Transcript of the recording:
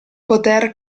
poter